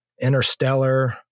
Interstellar